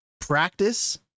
practice